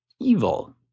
evil